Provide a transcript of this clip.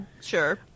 sure